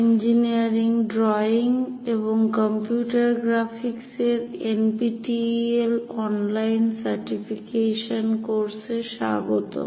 engineering drawing এবং computer গ্রাফিক্সের NPTEL online certification কোর্সে স্বাগতম